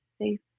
safe